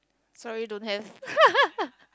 sorry don't have